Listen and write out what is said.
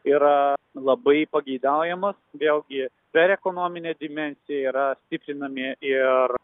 yra labai pageidaujamos vėlgi per ekonominę dimensiją yra stiprinami ir